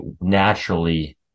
naturally